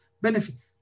benefits